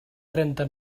trenta